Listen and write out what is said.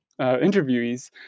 interviewees